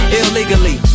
illegally